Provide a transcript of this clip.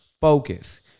focus